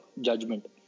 judgment